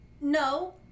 No